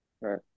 Right